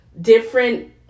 different